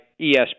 espn